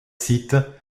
sites